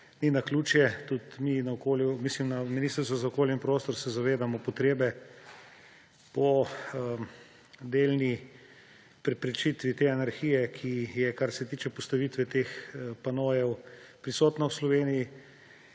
ni naključje. Tudi mi na Ministrstvu za okolje in prostor se zavedamo potrebe po delni preprečitvi te anarhije, ki je, kar se tiče postavitve teh panojev, prisotna v Sloveniji.